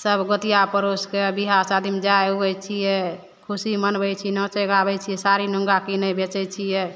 सब गोतिया पड़ोसके विवाह शादीमे जाइ अबै छियै खुशी मनबै छी नाँचै गाबै छियै साड़ी नुँआ पीन्है बेचै छियै